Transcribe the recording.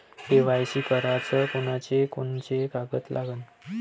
KYC कराच कोनचे कोनचे कागद लागते?